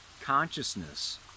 consciousness